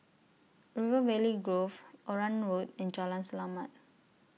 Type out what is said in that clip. River Valley Grove Onraet Road and Jalan Selamat